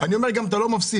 אני אומר שאתה לא מפסיד,